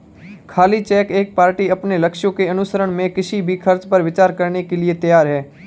खाली चेक एक पार्टी अपने लक्ष्यों के अनुसरण में किसी भी खर्च पर विचार करने के लिए तैयार है